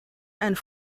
and